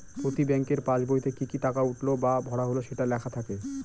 প্রতি ব্যাঙ্কের পাসবইতে কি কি টাকা উঠলো বা ভরা হল সেটা লেখা থাকে